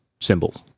symbols